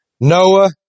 Noah